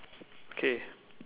K